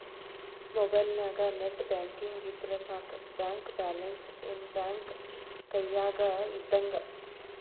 ಮೊಬೈಲ್ನ್ಯಾಗ net banking ಇದ್ರ ಸಾಕ ಬ್ಯಾಂಕ ಬ್ಯಾಲೆನ್ಸ್ ಏನ್ ಬ್ಯಾಂಕ ಕೈಯ್ಯಾಗ ಇದ್ದಂಗ